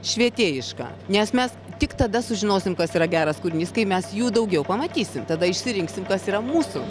švietėjiška nes mes tik tada sužinosime kas yra geras kūrinys kai mes jų daugiau pamatysim tada išsirinksim kas yra mūsų